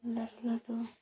ᱞᱟᱹᱴᱩ ᱞᱟᱹᱴᱩ